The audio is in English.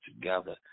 together